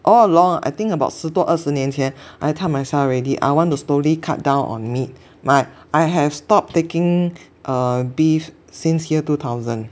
all along I think about 十多二十年前 I tell myself already I want to slowly cut down on meat but I have stopped taking uh beef since year two thousand